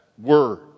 word